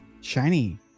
Shiny